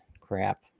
Crap